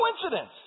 coincidence